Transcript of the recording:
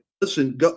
Listen